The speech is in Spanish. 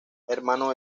hermano